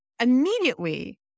immediately